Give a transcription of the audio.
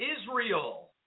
Israel